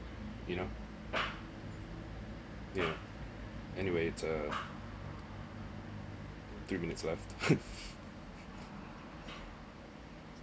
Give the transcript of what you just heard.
you know yeah anyway it's uh three minutes left